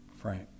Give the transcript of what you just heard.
Frank